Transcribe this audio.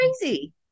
crazy